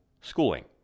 schooling